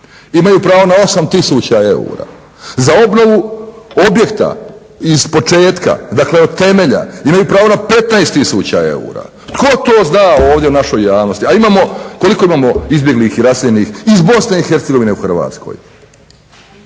Imaju pravo na 8000 eura. Za obnovu objekta iz početka, dakle od temelja imaju pravo na 15000 eura. Tko to zna ovdje u našoj javnosti, a imamo, koliko imamo izbjeglih i raseljenih iz Bosne i Hercegovine u Hrvatskoj.